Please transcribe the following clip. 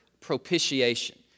propitiation